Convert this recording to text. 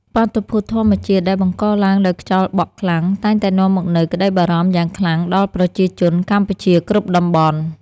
បាតុភូតធម្មជាតិដែលបង្កឡើងដោយខ្យល់បក់ខ្លាំងតែងតែនាំមកនូវក្តីបារម្ភយ៉ាងខ្លាំងដល់ប្រជាជនកម្ពុជាគ្រប់តំបន់។